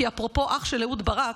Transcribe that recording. כי אפרופו אח של אהוד ברק,